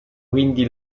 quindi